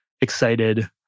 excited